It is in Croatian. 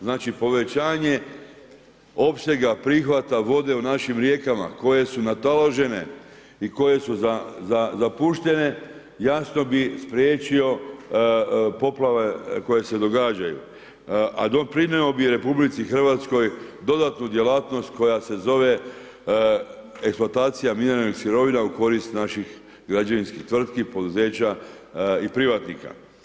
Znači povećanje opsega prihvata vode u našim rijekama koje su nataložene i koje su zapuštene jasno bi spriječio poplave koje se događaju, a doprinjeo bi RH dodatnu djelatnost koja se zove eksploatacija mineralnih sirovina u korist naših građevinskih tvrtki, poduzeća i privatnika.